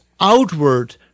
outward